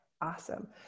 awesome